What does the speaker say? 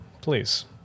Please